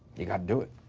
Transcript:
you gotta do it.